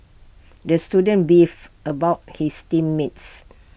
the student beefed about his team mates